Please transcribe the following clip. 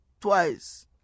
twice